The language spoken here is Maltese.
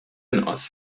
inqas